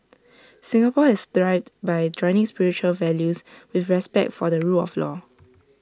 Singapore has thrived by joining spiritual values with respect for the rule of law